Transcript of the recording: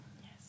Yes